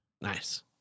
Nice